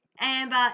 amber